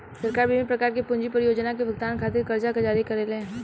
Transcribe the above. सरकार बिभिन्न प्रकार के पूंजी परियोजना के भुगतान खातिर करजा जारी करेले